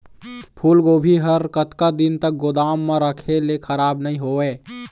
फूलगोभी हर कतका दिन तक गोदाम म रखे ले खराब नई होय?